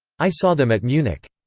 i saw them at munich.